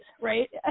right